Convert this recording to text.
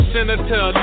Senator